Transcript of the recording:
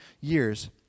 years